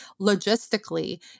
logistically